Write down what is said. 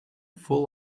full